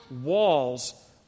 walls